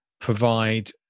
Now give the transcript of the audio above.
provide